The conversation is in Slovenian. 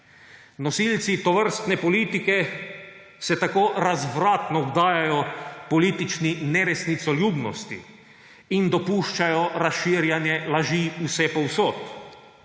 Nosilci tovrstne politike se tako razvratno obdajajo politični neresnicoljubnosti in dopuščajo razširjanje laži vsepovsod.